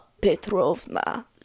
Petrovna